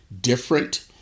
different